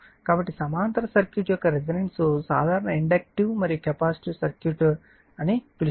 కాబట్టి సమాంతర సర్క్యూట్ యొక్క రెసోనెన్స్ సాధారణ ఇండక్టివ్ మరియు కెపాసిటివ్ సర్క్యూట్ అని పిలుస్తారు